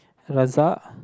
Razak